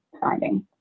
finding